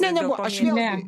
ne nebuvo aš ne